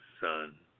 son